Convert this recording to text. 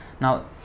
Now